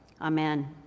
Amen